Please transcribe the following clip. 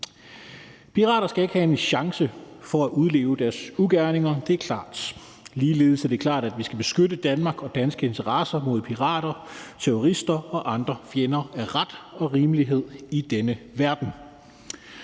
Pirater skal ikke have en chance for at udleve deres ugerninger – det er klart. Ligeledes er det klart, at vi skal beskytte Danmark og danske interesser mod pirater, terrorister og andre fjender af ret og rimelighed i denne verden.